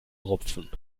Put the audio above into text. rupfen